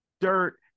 dirt